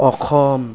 Assam